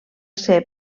ser